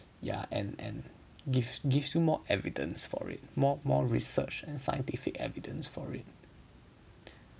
yeah and and gives gives more more evidence for it more more research and scientific evidence for it